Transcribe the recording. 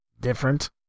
different